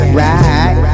right